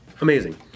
Amazing